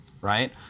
right